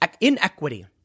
inequity